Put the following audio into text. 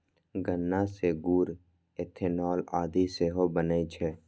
गन्ना सं गुड़, इथेनॉल आदि सेहो बनै छै